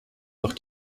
noch